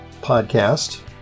podcast